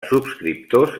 subscriptors